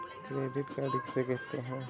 Credit card किसे कहते हैं?